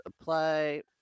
apply